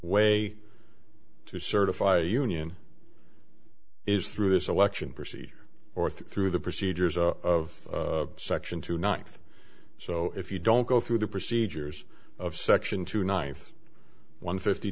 way to certify a union is through a selection procedure or through the procedures of section two ninth so if you don't go through the procedures of section two ninth one fifty